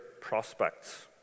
prospects